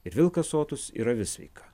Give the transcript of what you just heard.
ir vilkas sotus ir avis sveika